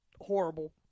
horrible